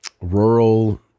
rural